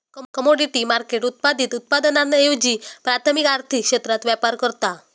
commodity market उत्पादित उत्पादनांऐवजी प्राथमिक आर्थिक क्षेत्रात व्यापार करता